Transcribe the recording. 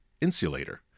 insulator